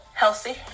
Healthy